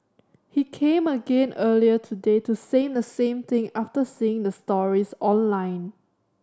he came again earlier today to say the same thing after seeing the stories online